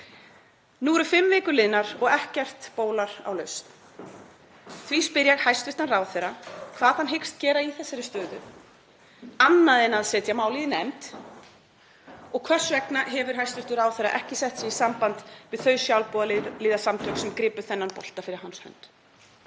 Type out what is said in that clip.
Nú eru fimm vikur liðnar og ekkert bólar á lausn. Því spyr ég hæstv. ráðherra hvað hann hyggst gera í þessari stöðu annað en að setja málið í nefnd. Hvers vegna hefur hæstv. ráðherra ekki sett sig í samband við þau sjálfboðaliðasamtök sem gripu þennan bolta fyrir hans hönd?